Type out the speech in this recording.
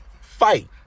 fight